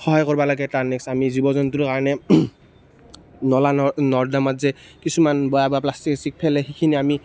সহায় কৰিব লাগে তাৰ নেক্সট আমি জীৱ জন্তুৰ কাৰণে নলা নৰ্দমাত যে কিছুমান বেয়া বেয়া প্লাষ্টিক স্লাষ্টিক পেলায় সেইখিনি আমি